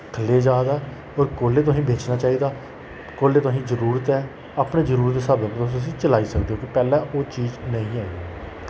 थल्ले जा दा और कोल्ले तुसें बेचना चाहि्दा कोल्ले तुसेंगी जरुरत ऐ अपने जरुरत दे स्हाबै कन्नै तुस उस्सी चलाई सकदे ओ कि पैह्ले ओह् चीज नेईं ऐ ही